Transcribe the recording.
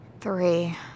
Three